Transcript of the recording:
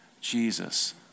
Jesus